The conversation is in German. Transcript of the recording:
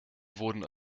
wurden